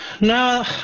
No